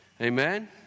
Amen